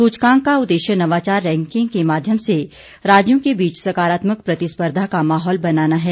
सुचकांक का उददेश्य नवाचार रैंकिंग के माध्यम से राज्यों के बीच सकारात्मक प्रतिस्पर्धा का माहौल बनाना है